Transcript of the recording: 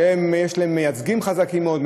שיש להן מייצגים חזקים מאוד,